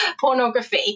pornography